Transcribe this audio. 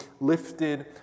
lifted